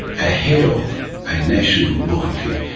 ahead of a national loyalty,